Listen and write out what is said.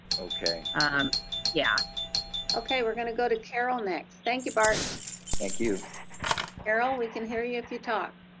okay um yeah okay we're gonna go to carol next. thank you bart thank you carol, we can hear you if you talk.